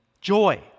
Joy